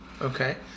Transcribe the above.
Okay